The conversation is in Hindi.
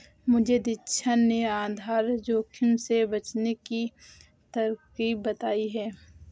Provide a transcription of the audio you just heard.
मुझे दीक्षा ने आधार जोखिम से बचने की तरकीब बताई है